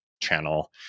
channel